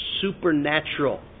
supernatural